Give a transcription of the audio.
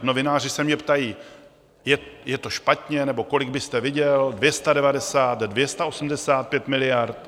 Novináři se mě ptají: Je to špatně, nebo kolik byste viděl, 290, 285 miliard?